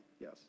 Yes